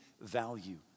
value